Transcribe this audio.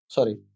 Sorry